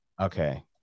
Okay